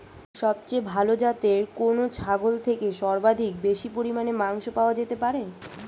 সবচেয়ে ভালো যাতে কোন ছাগল থেকে সর্বাধিক বেশি পরিমাণে মাংস পাওয়া যেতে পারে?